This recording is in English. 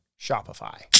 Shopify